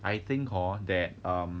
I think hor that um